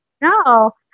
no